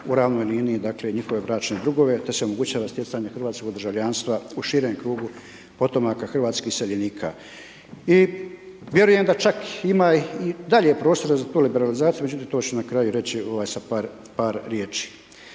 u ravnoj liniji, dakle njihove bračne drugove te se omogućava stjecanje hrvatskog državljanstva u širem krugu potomaka hrvatskih iseljenika. I vjerujem da čak ima i dalje prostora za tu liberalizaciju, međutim to ću na kraju reći sa par riječi.